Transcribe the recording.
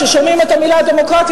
כששומעים את המלה דמוקרטיה,